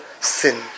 sin